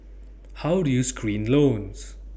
how do you screen loans